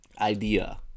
Idea